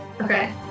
Okay